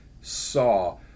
saw